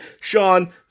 Sean